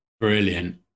Brilliant